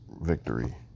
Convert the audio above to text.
victory